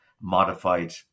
modified